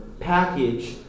Package